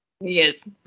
Yes